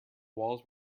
walls